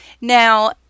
Now